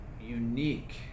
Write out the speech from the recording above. unique